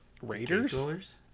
Raiders